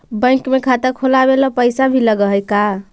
Bank में खाता खोलाबे ल पैसा भी लग है का?